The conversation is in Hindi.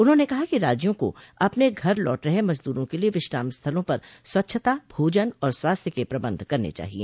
उन्होंने कहा कि राज्यों को अपने घर लौट रहे मजदूरों के लिए विश्राम स्थलो पर स्वच्छता भोजन और स्वास्थ्य के प्रबंध करने चाहिए